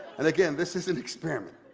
and again, this is an experiment,